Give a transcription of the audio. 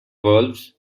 valves